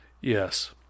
Yes